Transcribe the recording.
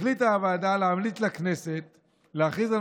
החליטה הוועדה להמליץ לכנסת להכריז על